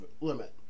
limit